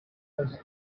has